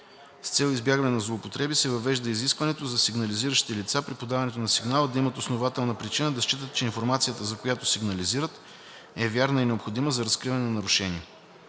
С цел избягване на злоупотреби се въвежда изискването за сигнализиращите лица при подаването на сигнала да имат основателна причина да считат, че информацията, за която сигнализират, е вярна и необходима за разкриване на нарушение.